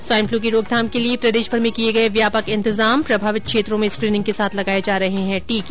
swine flu की रोकथाम के लिए प्रदेशभर में किये गये व्यापक इंतजाम प्रभावित क्षेत्रों में स्क्रीनिंग के साथ लगाये जा रहे हैं टीके